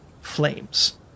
flames